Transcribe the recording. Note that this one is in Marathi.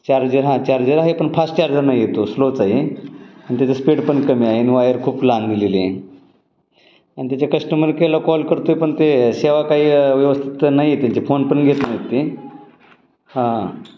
चार्जर हां चार्जर आहे पण फास्ट चार्जर नाही आहे तो स्लोच आहे आणि त्याचं स्पीड पण कमी आहे इनवायर खूप लहान दिलेली आहे आणि त्याच्या कस्टमर केअरला कॉल करतोय पण ते सेवा काही व्यवस्थित नाही आहे त्यांचे फोन पण घेत नाहीत ते हां